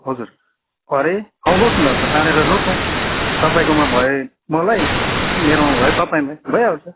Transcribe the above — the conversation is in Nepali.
हजुर अरे आउनुहोस् न त बाढेर रोपौँ तपाईँकोमा भए मलाई मेरोमा भए तपाईँलाई भइहाल्छ